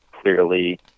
clearly